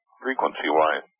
frequency-wise